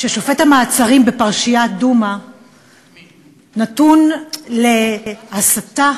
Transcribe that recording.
ששופט המעצרים בפרשיית דומא נתון להסתה,